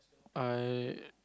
I